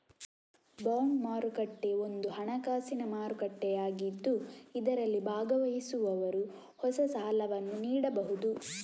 bond ಮಾರುಕಟ್ಟೆ ಒಂದು ಹಣಕಾಸಿನ ಮಾರುಕಟ್ಟೆಯಾಗಿದ್ದು ಇದರಲ್ಲಿ ಭಾಗವಹಿಸುವವರು ಹೊಸ ಸಾಲವನ್ನು ನೀಡಬಹುದು